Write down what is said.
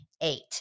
eight